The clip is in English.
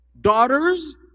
daughters